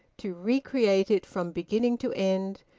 to recreate it from beginning to end,